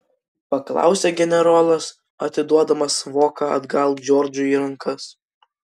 paklausė generolas atiduodamas voką atgal džordžui į rankas